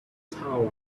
tower